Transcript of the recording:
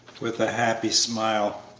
with a happy smile.